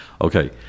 okay